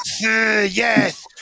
yes